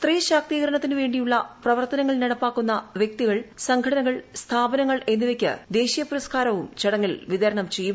സ്ത്രീ ശാക്തീകരണത്തിനു വേണ്ടിയുള്ള പ്രവർത്തനങ്ങൾ നട്ട്പ്പാക്കുന്ന വ്യക്തികൾ സംഘടനകൾ സ്ഥാപനങ്ങൾ എന്നിവൃത്ക്ക് ്ദേശീയ പുരസ്കാരവും ചടങ്ങിൽ വിതരണം ചെയ്യും